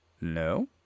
No